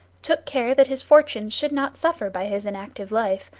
took care that his fortunes should not suffer by his inactive life,